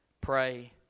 pray